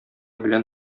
белән